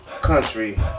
country